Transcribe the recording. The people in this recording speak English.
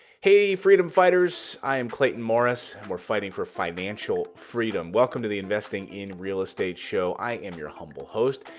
hey, freedom fighters. i am clayton morris. we're fighting for financial freedom. welcome to the investing in real estate show. i am your humble host.